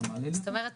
זאת אומרת,